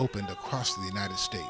opened across the united states